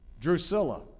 Drusilla